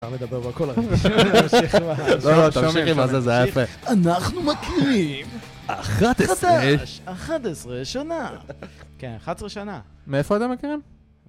כבר מדבר בכל הדברים לא לא תמשיכי מה זה זה היה יפה. אנחנו מכירים... 11 ...11 שנה. כן 11 שנה. מאיפה אתם מכירים?